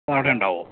ഓ അവിടെ ഉണ്ടാകുമോ